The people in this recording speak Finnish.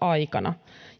aikana